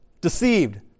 deceived